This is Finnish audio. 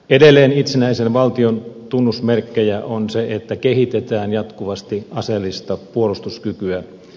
edelleen itsenäisen valtion tunnusmerkkejä on se että kehitetään jatkuvasti aseellista puolustuskykyä